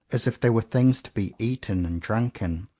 as if they were things to be eaten and drunken,